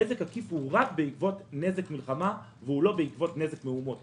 נזק עקיף הוא רק בעקבות נזק מלחמה והוא לא בעקבות נזק מהומות,